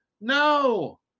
No